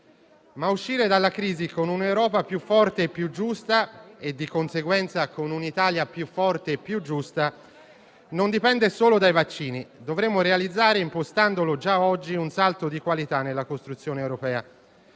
Ma uscire dalla crisi con un'Europa più forte e più giusta - e di conseguenza con un'Italia più forte e più giusta - non dipende solo dai vaccini; dovremo realizzare, impostandolo già oggi, un salto di qualità nella costruzione europea.